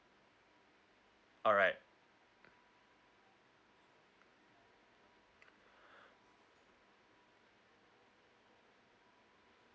alright